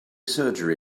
surgery